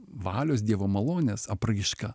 valios dievo malonės apraiška